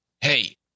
hey